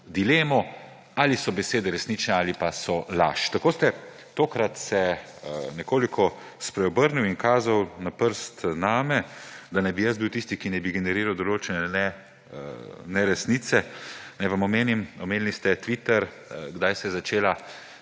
dilemo, ali so besede resnične ali pa so laž. Tako ste se tokrat nekoliko spreobrnil in kazali s prstom name, da naj bi jaz bil tisti, ki naj bi generiral določene neresnice. Naj vam omenim, omenili ste Twitter, kdaj se je začela